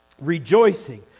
Rejoicing